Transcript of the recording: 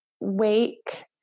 wake